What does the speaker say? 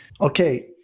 Okay